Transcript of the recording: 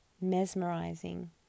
mesmerizing